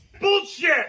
Bullshit